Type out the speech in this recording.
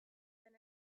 than